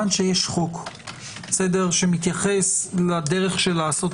כיוון שיש חוק שמתייחס לדרך של לעשות